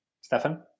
Stefan